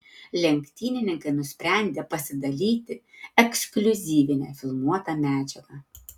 lenktynininkai nusprendė pasidalyti ekskliuzyvine filmuota medžiaga